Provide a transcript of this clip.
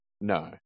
no